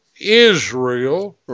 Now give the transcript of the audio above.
Israel